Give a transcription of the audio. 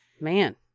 man